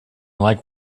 like